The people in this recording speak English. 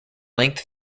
length